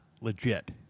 legit